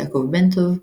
יעקב בנטוב,